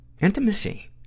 intimacy